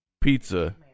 Pizza